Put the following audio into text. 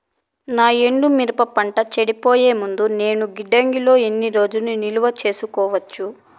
నా ఎండు మిరప పంట చెడిపోయే ముందు నేను గిడ్డంగి లో ఎన్ని రోజులు నిలువ సేసుకోవచ్చు?